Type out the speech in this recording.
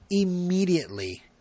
immediately